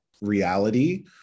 reality